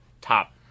top